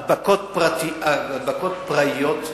הדבקות פראיות,